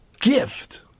gift